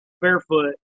barefoot